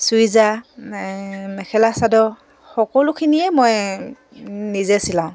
চুইজাৰ মেখেলা চাদৰ সকলোখিনিয়ে মই নিজে চিলাওঁ